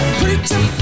preacher